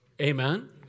Amen